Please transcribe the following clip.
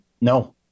no